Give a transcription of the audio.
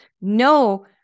no